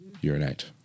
urinate